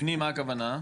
מה הכוונה?